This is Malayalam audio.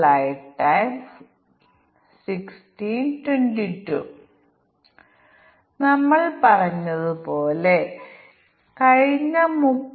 ചിലപ്പോൾ സിദ്ധാന്തം അറിഞ്ഞുകൊണ്ട് ഞങ്ങൾ ഈ സിദ്ധാന്തങ്ങൾ പരിശീലിച്ചില്ലെങ്കിൽ പരിഹാരങ്ങൾ കണ്ടെത്തുന്നില്ല